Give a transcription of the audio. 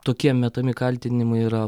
tokie metami kaltinimai yra